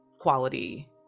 quality